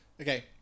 Okay